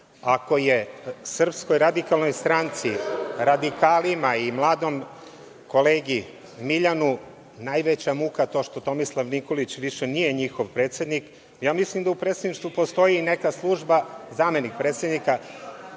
Ako je SRS, radikalima i mladom kolegi Miljanu najveća muka to što Tomislav Nikolić više nije njihov predsednik, mislim da u predsedništvu postoji i neka služba zamenik predsednika,